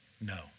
No